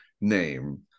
name